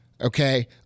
okay